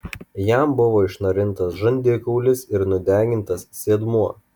jam buvo išnarintas žandikaulis ir nudegintas sėdmuo